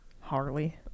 harley